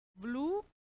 blue